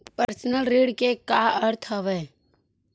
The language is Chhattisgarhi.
पर्सनल ऋण के का अर्थ हवय?